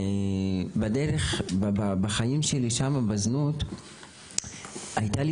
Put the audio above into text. ובדרך בחיים שלי שם בזנות הייתה לי